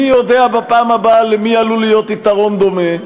מי יודע בפעם הבאה למי עלול להיות יתרון דומה,